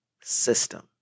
System